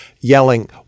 Yelling